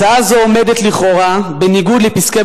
הצעה זו עומדת לכאורה בניגוד לפסקי